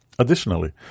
Additionally